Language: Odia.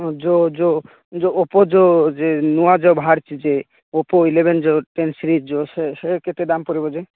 ହଁ ଯେଉଁ ଯେଉଁ ଯେଉଁ ଓପୋ ଯେଉଁ ଯେ ନୂଆ ଯେଉଁ ବାହାରଛି ଯେ ଓପୋ ଇଲେଭେନ ଯେଉଁ ଟେନ ଥ୍ରୀ ଯେ ସେ ସେ କେତେ ଦାମ ପଡ଼ିବ ଯେ